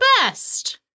best